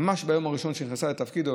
שממש ביום הראשון שנכנסה לתפקיד,